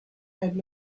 had